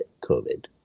covid